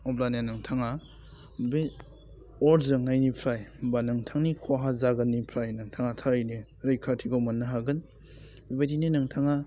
अब्लानिया नोंथाङा बे अर जोंनायनिफ्राय बा नोंथांनि खहा जागोननिफ्राय नोंथाङा थारैनो रैखाथिखौ मोननो हागोन बेबायदिनो नोंथाङा